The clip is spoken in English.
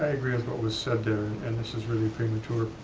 agree with what was said there, and this is really premature,